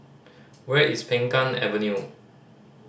where is Peng Kang Avenue